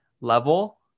level